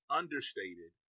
understated